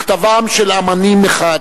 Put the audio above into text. מכתבם של אמנים מחד,